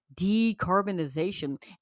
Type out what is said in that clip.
decarbonization